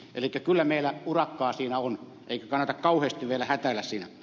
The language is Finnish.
elikkä kyllä meillä urakkaa siinä on eikä kannata kauheasti vielä hätäillä siinä